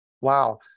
Wow